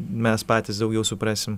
mes patys daugiau suprasim